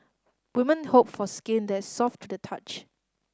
women hope for skin that soft to the touch